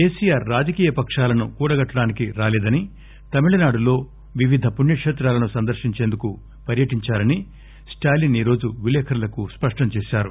కేసీఆర్ రాజకీయపకాలను కూడగట్టడానికి రాలేదని తమిళనాడులో వివిధ పుణ్యక్షేత్రాలను సందర్భించేందుకు పర్యటించారని స్టాలీస్ ఈరోజు విలేఖర్లకు స్పష్టం చేశారు